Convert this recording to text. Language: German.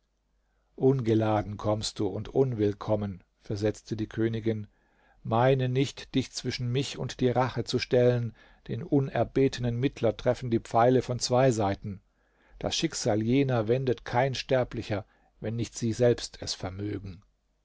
ungeladen kommst du und unwillkommen versetzte die königin meine nicht dich zwischen mich und die rache zu stellen den unerbetenen mittler treffen die pfeile von zwei seiten das schicksal jener wendet kein sterblicher wenn nicht sie selbst es vermögen